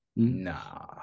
Nah